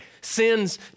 sin's